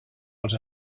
els